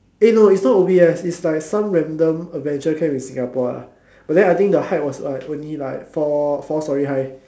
eh no it's not O_B_S it's like some random adventure camp in Singapore ah but then I think the height was like only like four four storey high